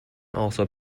also